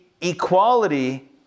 equality